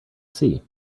see